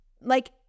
Like-